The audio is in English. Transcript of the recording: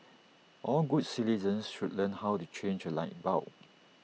all good citizens should learn how to change A light bulb